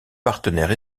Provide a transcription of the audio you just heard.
partenaire